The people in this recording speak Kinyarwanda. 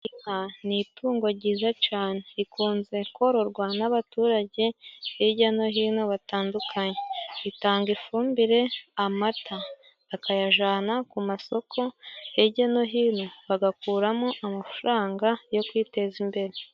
Inka ni itungo ryiza cane rikunze kororwa n'abaturage hijya no hino batandukanye. Itanga ifumbire, amata bakayajana ku masoko hijya no hino bagakuramo amafaranga yo kwiteza imbere.